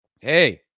Hey